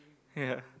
ya